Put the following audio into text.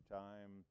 time